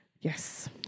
Yes